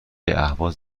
اهواز